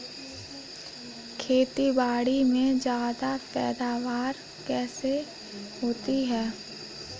खेतीबाड़ी में ज्यादा पैदावार कैसे होती है?